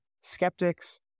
skeptics